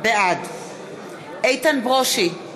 בעד איתן ברושי,